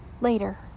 later